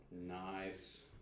Nice